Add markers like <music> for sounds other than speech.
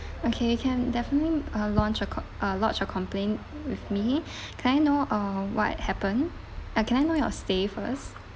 okay can definitely uh launch uh co~ lodge a complaint with me <breath> can I know uh what happened uh can I know your stay first